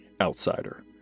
outsider